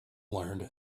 learned